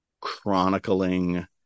chronicling